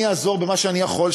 אני אעזור במה שאני יכול,